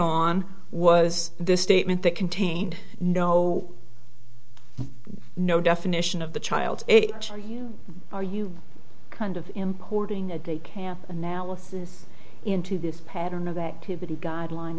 on was the statement that contained no no definition of the child if you are you kind of importing and they can analysis into this pattern of activity guideline